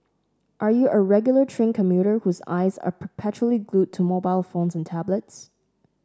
are you a regular train commuter whose eyes are perpetually glued to mobile phones and tablets